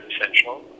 essential